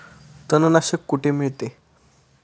तणनाशक कुठे मिळते?